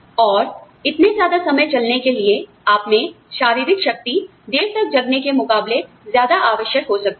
और इतने ज्यादा समय चलने के लिएआप में शारीरिक शक्ति देर तक जगने के मुकाबले ज्यादा आवश्यक हो सकती है